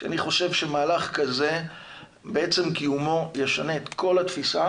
שאני חושב שמהלך כזה בעצם קיומו ישנה את כל התפיסה